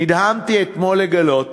נדהמתי אתמול לגלות